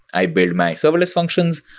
i build my serverless functions,